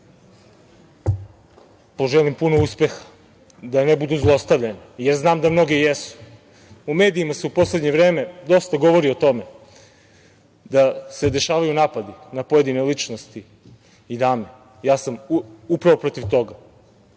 poželim puno uspeha, da ne budu zlostavljane, jer znam da mnoge jesu.U medijima se u poslednje vreme dosta govori o tome da se dešavaju napadi na pojedine ličnosti i dame, ja sam upravo protiv toga.